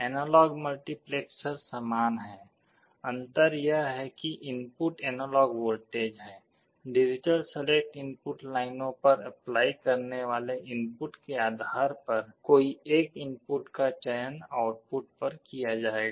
analogue multiplexer समान है अंतर यह है कि इनपुट एनालॉग वोल्टेज है डिजिटल सलेक्ट इनपुट लाइनों पर अप्लाई करने वाले इनपुट के आधार पर कोई एक इनपुट का चयन आउटपुट पर किया जाएगा